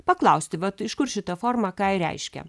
paklausti vat iš kur šita forma ką ji reiškia